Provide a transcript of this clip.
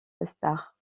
stars